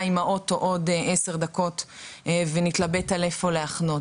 עם האוטו עוד עשר דקות ונתלבט איפה לחנות",